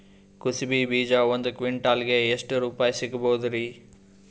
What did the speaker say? ಕುಸಬಿ ಬೀಜ ಒಂದ್ ಕ್ವಿಂಟಾಲ್ ಗೆ ಎಷ್ಟುರುಪಾಯಿ ಸಿಗಬಹುದುರೀ?